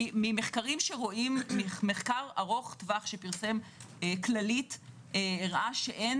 מחקר ארוך טווח שפרסם כללית הראה שאין